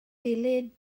dilin